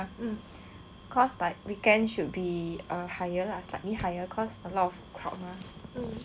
cause like weekend should be err higher lah slightly higher cause a lot of crowd mah